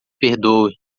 perdoe